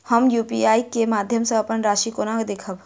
हम यु.पी.आई केँ माध्यम सँ अप्पन राशि कोना देखबै?